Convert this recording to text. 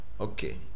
Okay